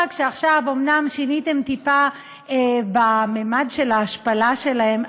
אומנם עכשיו שיניתם אותם טיפה בממד של ההשפלה שבהם,